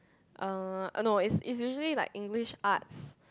uh no it's it's usually like English arts